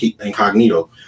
Incognito